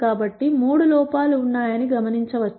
కాబట్టి మూడు లో పాలు ఉన్నాయని మీరు గమనించవచ్చు